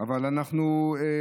אחד על השני.